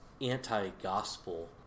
anti-gospel